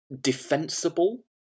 defensible